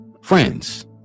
friends